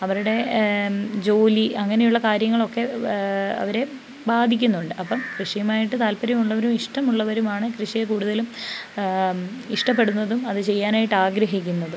അവരുടെ ജോലി അങ്ങനെയുള്ള കാര്യങ്ങളൊക്കെ അവരെ ബാധിക്കുന്നുണ്ട് അപ്പം കൃഷിയുമായിട്ട് താല്പര്യമുള്ളവരും ഇഷ്ടമുള്ളവരുമാണ് കൃഷിയെ കൂടുതലും ഇഷ്ടപ്പെടുന്നതും അത് ചെയ്യാനായിട്ട് ആഗ്രഹിക്കുന്നതും